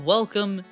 Welcome